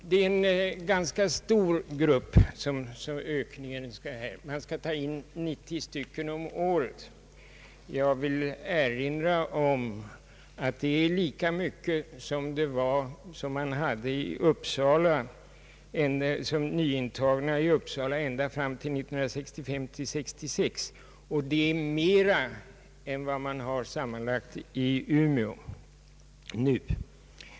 Det är en ganska stor grupp som ökningen gäller. Man skall ta in 90 stycken om året. Jag vill erinra om att det är lika många, som nyintogs i Uppsala ända fram till 1965—566, och det är mera än vad man har sammanlagt i Umeå för närvarande.